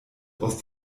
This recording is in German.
aus